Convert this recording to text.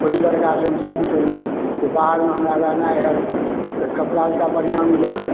ओहि लड़का से हम शादी करी जे बाहरमे हमरा रहनाइ होयत कपड़ा लत्ता बढ़िआँ मिलत